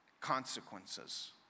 consequences